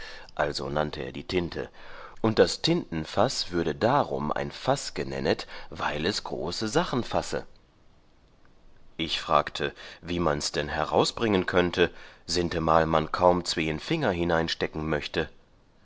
also nannte er die tinte und das tintenfaß würde darum ein faß genennet weil es große sachen fasse ich fragte wie mans dann heraus bringen könnte sintemal man kaum zween finger hineinstecken möchte